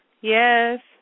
Yes